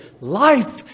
Life